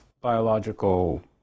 biological